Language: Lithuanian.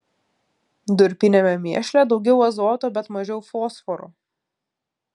durpiniame mėšle daugiau azoto bet mažiau fosforo